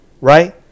Right